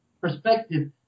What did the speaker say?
perspective